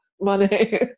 money